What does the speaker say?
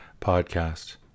podcast